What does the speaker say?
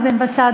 ואבי בן-בסט,